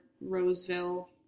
Roseville